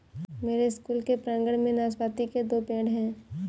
मेरे स्कूल के प्रांगण में नाशपाती के दो पेड़ हैं